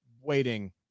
waiting